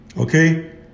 okay